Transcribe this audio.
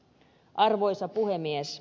arvoisa puhemies